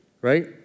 right